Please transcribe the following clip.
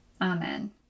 Amen